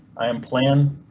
i am plan.